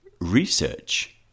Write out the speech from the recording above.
research